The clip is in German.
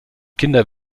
kinder